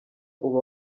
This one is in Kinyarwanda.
uba